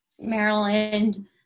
Maryland